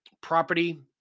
property